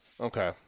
Okay